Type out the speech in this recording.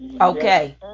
Okay